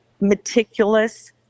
meticulous